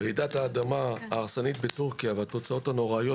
רעידת האדמה ההרסנית בטורקיה והתוצאות הנוראיות